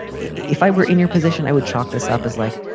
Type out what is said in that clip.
if i were in your position, i would chalk this up as like,